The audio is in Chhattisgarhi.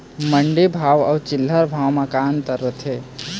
मंडी भाव अउ चिल्हर भाव म का अंतर रथे?